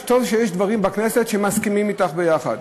טוב שיש דברים בכנסת שמסכימים אתך ביחד,